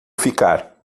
ficar